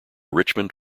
richmond